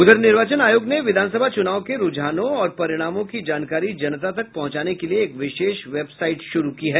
उधर निर्वाचन आयोग ने विधानसभा चुनाव के रुझानों और परिणामों की जानकारी जनता तक पहुंचाने के लिए एक विशेष वेबसाइट शुरू की है